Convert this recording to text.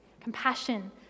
compassion